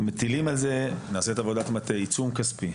ומטילים על זה, נעשית עבודת מטה, עיצום כספי.